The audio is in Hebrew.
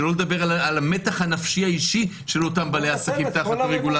שלא לדבר על המתח הנפשי האישי של אותם בעלי עסקים תחת הרגולציה.